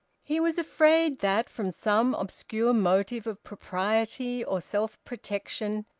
he was afraid that, from some obscure motive of propriety or self-protection,